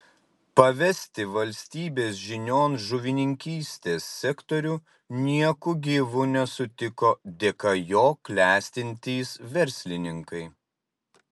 pavesti valstybės žinion žuvininkystės sektorių nieku gyvu nesutiko dėka jo klestintys verslininkai